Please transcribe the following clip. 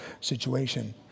situation